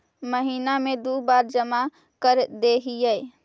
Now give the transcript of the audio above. महिना मे दु बार जमा करदेहिय?